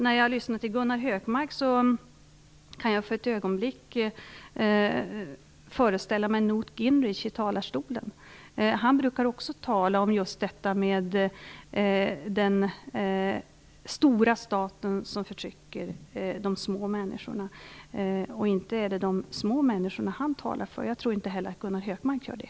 När jag lyssnar på Gunnar Hökmark kan jag för ett ögonblick föreställa mig Newt Gingrich i talarstolen. Han brukar också tala om just den stora staten som förtrycker de små människorna. Men inte är det de små människorna som han talar för, och jag tror att inte heller Gunnar Hökmark gör det!